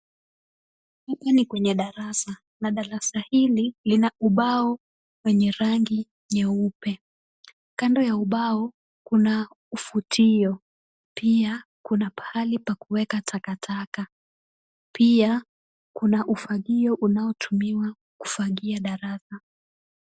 Huku ni kwenye darasa na darasa hili lina ubao wenye rangi nyeupe. Kando ya ubao kuna kifutio. Pia, kuna pahali pa kuweka takataka. Pia, kuna ufagio unaotumiwa kufagia darasa.